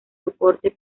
soporte